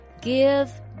give